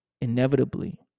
inevitably